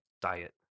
Diet